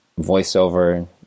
voiceover